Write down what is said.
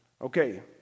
Okay